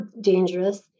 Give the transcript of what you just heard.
dangerous